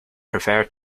prefer